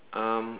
um